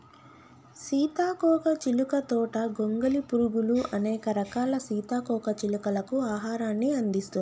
సీతాకోక చిలుక తోట గొంగలి పురుగులు, అనేక రకాల సీతాకోక చిలుకలకు ఆహారాన్ని అందిస్తుంది